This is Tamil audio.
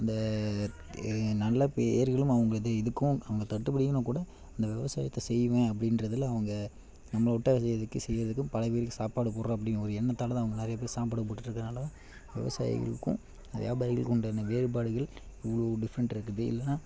அந்த நல்ல பேருகளும் அவங்க இது இதுக்கும் அவங்க கட்டுபடியாலனா கூட அந்த விவசாயத்தை செய்வேன் அப்படின்றதுல அவங்க நம்மளை விட்டா செய்கிறதுக்கு செய்றதுக்கும் பல பேருக்கு சாப்பாடு போடுற அப்படிங்குற ஒரு எண்ணத்தால் தான் அவங்க நிறைய பேருக்கு சாப்பாடு போட்டுட்ருக்கதுறனால தான் விவசாயிகளுக்கும் வியாபாரிகளுக்கும் உண்டான வேறுபாடுகள் இவ்வளோ டிஃப்ரெண்ட்டாருக்குது இல்லைனா